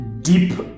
deep